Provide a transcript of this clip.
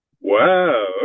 Wow